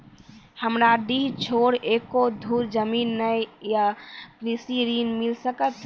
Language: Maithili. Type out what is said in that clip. हमरा डीह छोर एको धुर जमीन न या कृषि ऋण मिल सकत?